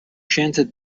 scienze